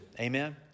Amen